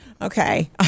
Okay